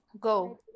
Go